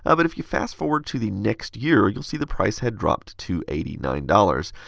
ah but if you fast forward to the next year, you'll see the price had dropped to eighty nine dollars.